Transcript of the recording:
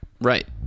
right